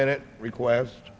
minute request